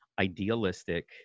idealistic